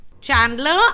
Chandler